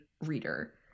Reader